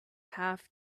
half